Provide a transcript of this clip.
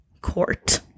court